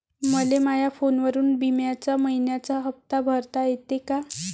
मले माया फोनवरून बिम्याचा मइन्याचा हप्ता भरता येते का?